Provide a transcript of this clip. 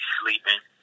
sleeping